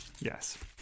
Yes